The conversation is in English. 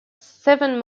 seven